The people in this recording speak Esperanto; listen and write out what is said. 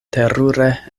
terure